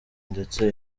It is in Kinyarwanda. ndetse